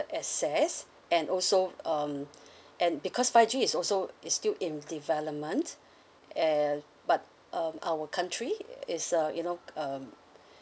access and also so um and because five G is also it's still in development and but um our country is a you know um